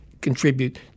contribute